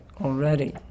already